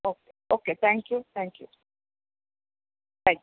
okay okay thank you thank you bye